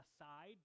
aside